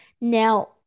Now